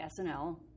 SNL